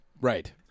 Right